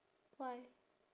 why